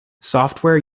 software